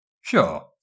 Sure